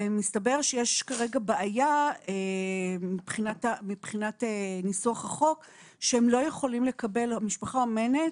ומסתבר שיש כרגע בעיה מבחינת ניסוח החוק שהם לא יכולים לקבל משפחה אומנת